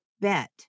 bet